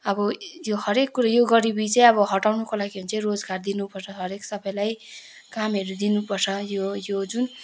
अब यो हरेक कुरा यो गरिबी चाहिँ अब हटाउनको लागि हो भने चाहिँ रोजगार दिनपर्छ हरेक सबैलाई कामहरू दिनपर्छ यो यो जुन